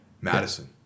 Madison